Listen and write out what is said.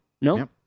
No